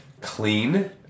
clean